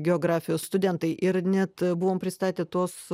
geografijos studentai ir net buvom pristatę tuos